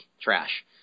trash